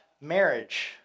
marriage